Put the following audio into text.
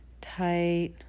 tight